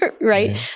Right